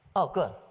oh, good.